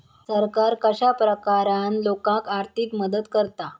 सरकार कश्या प्रकारान लोकांक आर्थिक मदत करता?